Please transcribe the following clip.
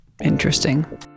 interesting